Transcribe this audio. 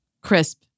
crisp